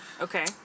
Okay